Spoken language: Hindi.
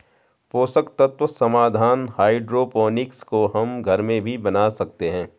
पोषक तत्व समाधान हाइड्रोपोनिक्स को हम घर में भी बना सकते हैं